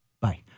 Bye